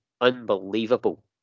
unbelievable